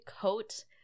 coat